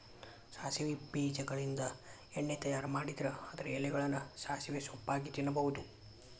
ಸಾಸವಿ ಬೇಜಗಳಿಂದ ಎಣ್ಣೆ ತಯಾರ್ ಮಾಡಿದ್ರ ಅದರ ಎಲೆಗಳನ್ನ ಸಾಸಿವೆ ಸೊಪ್ಪಾಗಿ ತಿನ್ನಬಹುದು